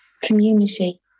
community